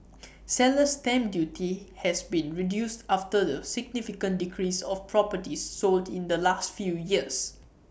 seller's stamp duty has been reduced after the significant decrease of properties sold in the last few years